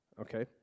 Okay